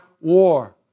war